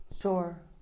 Sure